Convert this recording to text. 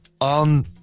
on